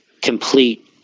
complete